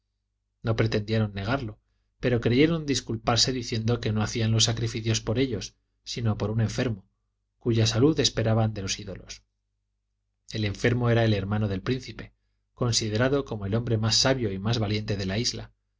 no pretendieron negarlo pero creyeron disculparse diciendo que no hacían los sacrificios por ellos sino por un enfermo cuya salud esperaban de los ídolos el enfermo era el hermano del príncipe considerado como el hombre más sabio y más valiente de la isla